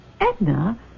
Edna